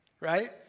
right